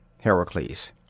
HERACLES